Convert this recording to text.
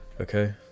okay